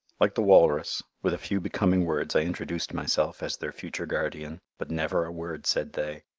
like the walrus, with a few becoming words i introduced myself as their future guardian, but never a word said they.